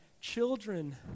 children